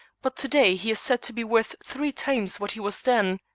but to-day he is said to be worth three times what he was then.